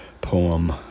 poem